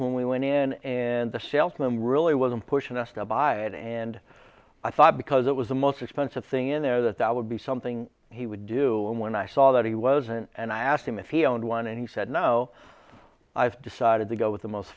when we went in and the salesman really wasn't pushing us to buy it and i thought because it was the most expensive thing in there that that would be something he would do and when i saw that he wasn't and i asked him if he owned one and he said no i've decided to go with the most